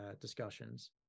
discussions